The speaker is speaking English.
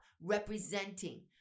representing